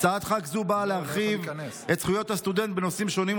הצעת חוק זו באה להרחיב את זכויות הסטודנט בנושאים שונים,